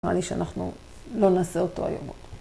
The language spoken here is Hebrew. אמרה לי שאנחנו לא נעשה אותו היום.